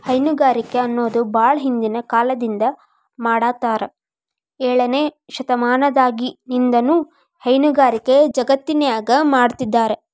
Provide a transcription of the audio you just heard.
ಹೈನುಗಾರಿಕೆ ಅನ್ನೋದು ಬಾಳ ಹಿಂದಿನ ಕಾಲದಿಂದ ಮಾಡಾತ್ತಾರ ಏಳನೇ ಶತಮಾನದಾಗಿನಿಂದನೂ ಹೈನುಗಾರಿಕೆ ಜಗತ್ತಿನ್ಯಾಗ ಮಾಡ್ತಿದಾರ